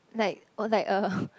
like oh like a